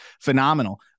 phenomenal